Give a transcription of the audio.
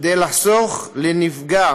כדי לחסוך לנפגע